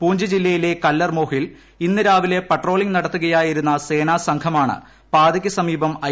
പൂഞ്ച് ജില്ലയിലെ കല്ലർ മോർഹിൽ ഇന്നു രാവില്ല പ്പട്രോളിംഗ് നടത്തുകയായിരുന്ന സേനാ സംഘമാണ് പാത്യ്ക്ക് സമീപം ഐ